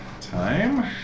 time